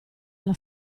alla